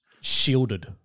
shielded